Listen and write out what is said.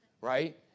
right